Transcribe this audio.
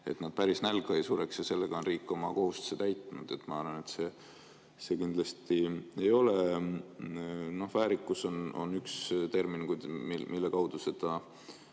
et nad päris nälga ei sureks, ja sellega on riik oma kohustuse täitnud. Ma arvan, et see kindlasti ei ole see. "Väärikus" on üks termin, mille kaudu seda